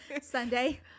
Sunday